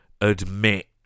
admit